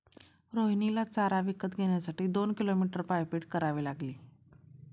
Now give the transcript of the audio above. रोहिणीला चारा विकत घेण्यासाठी दोन किलोमीटर पायपीट करावी लागली